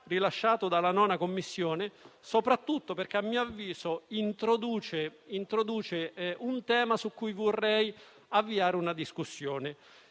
espresso dalla 9a Commissione, soprattutto perché, a mio avviso, introduce un tema su cui vorrei avviare una discussione.